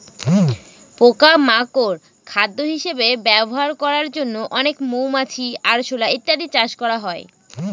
পোকা মাকড় খাদ্য হিসেবে ব্যবহার করার জন্য অনেক মৌমাছি, আরশোলা ইত্যাদি চাষ করা হয়